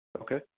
Okay